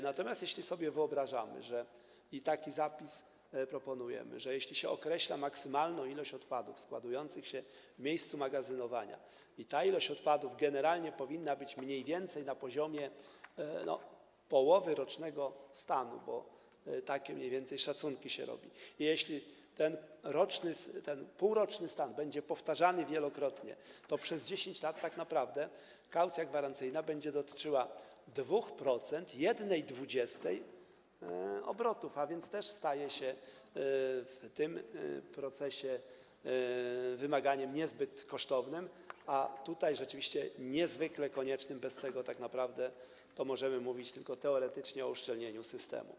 Natomiast jeśli sobie wyobrażamy i taki zapis proponujemy, że jeśli się określa maksymalną ilość odpadów składowanych w miejscu magazynowania, a ta ilość odpadów generalnie powinna być mniej więcej na poziomie połowy rocznego stanu, bo takie mniej więcej robi się szacunki, jeśli ten roczny, ten półroczny stan będzie powtarzany wielokrotnie, to przez 10 lat tak naprawdę kaucja gwarancyjna będzie dotyczyła 2% 1/20 obrotów, a więc też staje się w tym procesie wymaganiem niezbyt kosztownym, ale tutaj rzeczywiście niezwykle koniecznym, bo bez tego tak naprawdę to możemy mówić tylko teoretycznie o uszczelnieniu systemu.